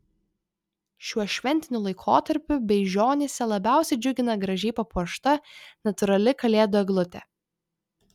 šiuo šventiniu laikotarpiu beižionyse labiausiai džiugina gražiai papuošta natūrali kalėdų eglutė